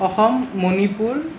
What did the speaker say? Assam Manipur